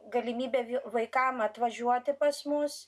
galimybė vi vaikam atvažiuoti pas mus